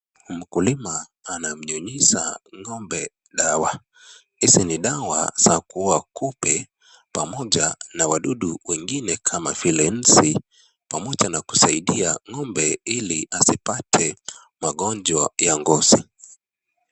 Mkulima anamnyunyiza ng'ombe dawa. Hizi ni dawa za kuua kupe pamoja na wadudu wengine kama vile nzi pamoja na kusaidia ng'ombe ili asipate magojwa ya ngozi.